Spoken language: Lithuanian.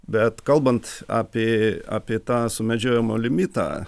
bet kalbant apie apie tą sumedžiojimo limitą